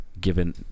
given